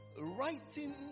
Writing